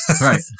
right